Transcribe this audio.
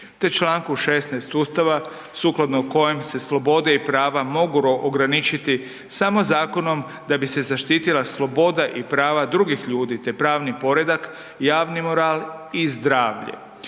te čl. 16. Ustava sukladno kojem se slobode i prava mogu ograničiti samo zakonom, da bi se zaštitila sloboda i prava drugih ljude te pravni poredak, javni moral i zdravlje.